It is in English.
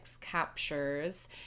captures